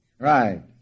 Right